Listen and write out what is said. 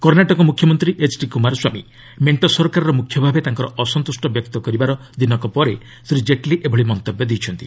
କର୍ଷାଟକ ମୁଖ୍ୟମନ୍ତ୍ରୀ ଏଚ୍ଡି କୁମାରସ୍ୱାମୀ ମେଣ୍ଟ ସରକାରର ମୁଖ୍ୟ ଭାବେ ତାଙ୍କର ଅସନ୍ତୁଷ୍ଟ ବ୍ୟକ୍ତ କରିବାର ଦିନକ ପରେ ଶ୍ରୀ ଜେଟ୍ଲୀ ଏଭଳି ମନ୍ତବ୍ୟ ଦେଇଛନ୍ତି